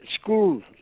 school